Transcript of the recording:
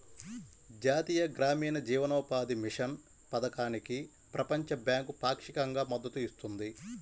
జాతీయ గ్రామీణ జీవనోపాధి మిషన్ పథకానికి ప్రపంచ బ్యాంకు పాక్షికంగా మద్దతు ఇస్తుంది